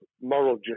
moral